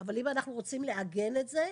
אבל אם אנחנו רוצים לעגן את זה,